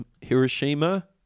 Hiroshima